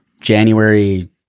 January